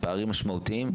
הוא משמעותי.